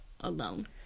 alone